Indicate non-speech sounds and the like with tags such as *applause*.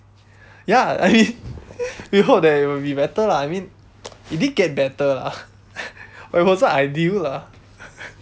ya I mean *laughs* we hope that it will be better lah I mean it did get better lah *laughs* but it wasn't ideal lah *laughs*